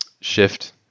shift